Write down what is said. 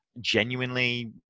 genuinely